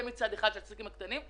זה מצד אחד, של העסקים הקטנים.